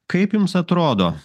kaip jums atrodo